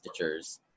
stitchers